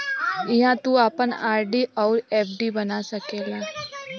इहाँ तू आपन आर.डी अउर एफ.डी बना सकेला